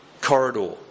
corridor